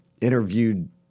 interviewed